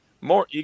more